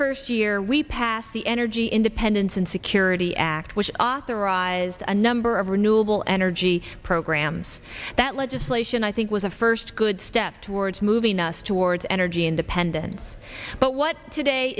first year we passed the energy independence and security act which authorized a number of renewable energy programs that legislation i think was a first good step towards moving us towards energy independence but what today